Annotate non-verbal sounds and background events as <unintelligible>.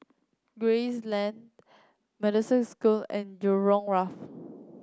Gray Lane <unintelligible> School and Jurong Wharf